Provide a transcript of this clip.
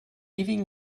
ewigen